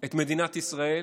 את מדינת ישראל,